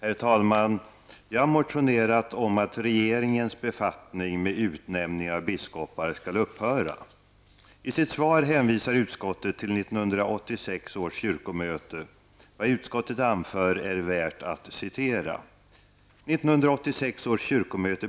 Herr talman! Jag har motionerat om att regeringens befattning med utnämning av biskopar skall upphöra. I sitt svar hänvisar utskottet till 1986 års kyrkomöte.